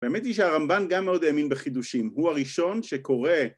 ‫האמת היא שהרמבן ‫גם מאוד האמין בחידושים. ‫הוא הראשון שקורא...